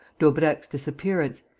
daubrecq's disappearance,